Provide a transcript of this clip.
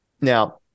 Now